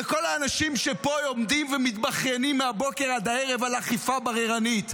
וכל האנשים שפה עומדים ומתבכיינים מהבוקר עד הערב על אכיפה בררנית,